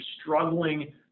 struggling